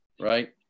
right